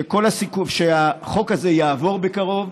שהחוק הזה יעבור בקרוב.